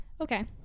Okay